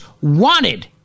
wanted